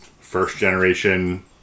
first-generation